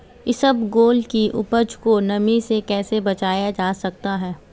इसबगोल की उपज को नमी से कैसे बचाया जा सकता है?